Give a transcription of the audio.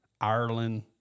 Ireland